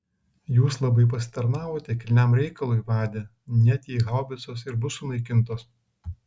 jūs labai pasitarnavote kilniam reikalui vade net jei haubicos ir bus sunaikintos